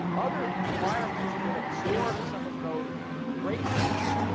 other environments will absorb some of those breakthroughs,